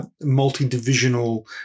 multi-divisional